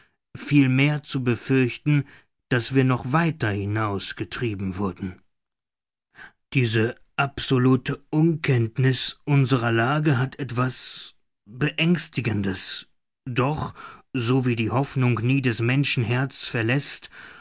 vielmehr zu befürchten daß wir noch weiter hinaus getrieben wurden diese absolute unkenntniß unserer lage hat etwas beängstigendes doch so wie die hoffnung nie des menschen